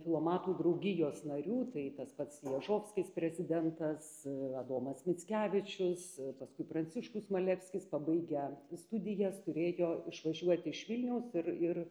filomatų draugijos narių tai tas pats ježovskis prezidentas adomas mickevičius paskui pranciškus malevskis pabaigę studijas turėjo išvažiuoti iš vilniaus ir ir